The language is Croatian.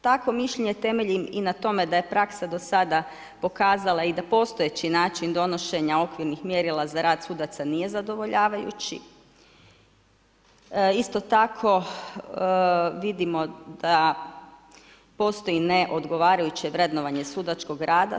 Takvo mišljenje temeljem i na tome da je praksa do sada pokazala i da postojeći način donošenja mjerila za rad sudaca nije zadovoljavajući, isto tako, vidimo da postoji neodgovarajuće vrednovanje sudačkog razloga.